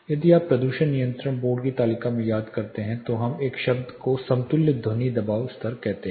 यदि आप प्रदूषण नियंत्रण बोर्ड की तालिका में याद करते हैं तो हम एक शब्द को समतुल्य ध्वनि दबाव स्तर कहते हैं